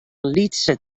lytse